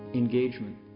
engagement